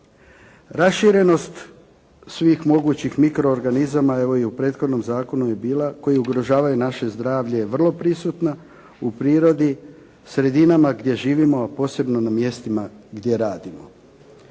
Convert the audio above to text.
Raširenost svih mogućih mikroorganizama evo i u prethodnom zakonu je bila koji ugrožavaju naše zdravlje je vrlo prisutna u prirodi, sredinama gdje živimo, a posebno na mjestima gdje radimo.